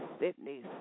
Sydney